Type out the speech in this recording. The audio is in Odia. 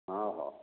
ହଁ ହଉ